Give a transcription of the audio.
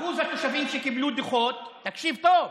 אחוז התושבים שקיבלו דוחות, תקשיב טוב,